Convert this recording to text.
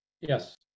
Yes